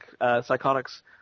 psychotics